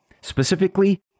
specifically